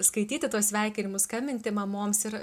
skaityti tuos sveikinimus skambinti mamoms ir